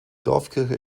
dorfkirche